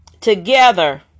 together